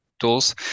tools